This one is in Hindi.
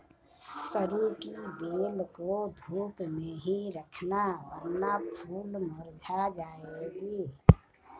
सरू की बेल को धूप में ही रखना वरना फूल मुरझा जाएगी